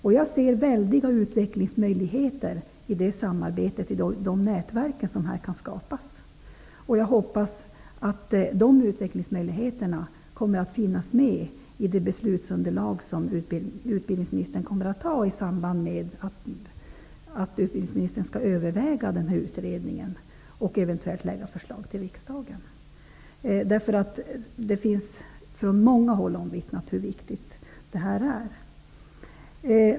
Det ligger stora utvecklingsmöjligheter i det samarbetet och i de nätverk som därmed kan skapas. Jag hoppas att dessa utvecklingsmöjligheter kommer att beaktas i det beslutsunderlag i samband med utredningen som utbildningsministern har att överväga och när utbildningsministern eventuellt lägger fram ett förslag till riksdagen. Det har omvittnats från många håll hur viktigt detta är.